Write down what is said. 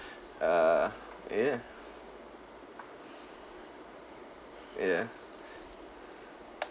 err yeah yeah